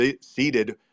seated